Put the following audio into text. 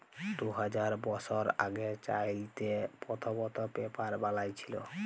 দু হাজার বসর আগে চাইলাতে পথ্থম পেপার বালাঁই ছিল